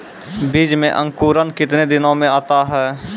बीज मे अंकुरण कितने दिनों मे आता हैं?